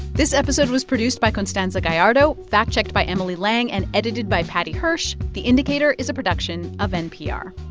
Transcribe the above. this episode was produced by constanza gallardo, fact-checked by emily lang and edited by paddy hirsch. the indicator is a production of npr